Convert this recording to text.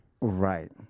Right